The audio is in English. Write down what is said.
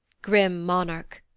grim monarch!